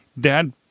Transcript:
dad